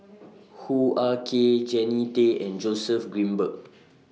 Hoo Ah Kay Jannie Tay and Joseph Grimberg